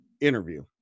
interview